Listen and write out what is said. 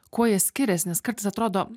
kuo jie skiriasi nes kartais atrodo